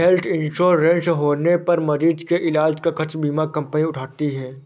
health insurance होने पर मरीज के इलाज का खर्च बीमा कंपनी उठाती है